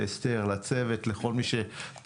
לד"ר אסתר בן חיים ולכל מי שטרח,